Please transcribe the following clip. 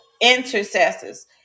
intercessors